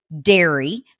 dairy